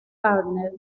gardner